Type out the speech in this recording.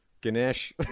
Ganesh